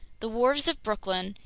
the wharves of brooklyn,